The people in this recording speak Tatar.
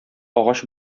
агач